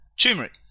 turmeric